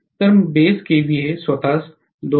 तर base kVA स्वतःच 2